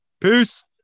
peace